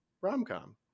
rom-com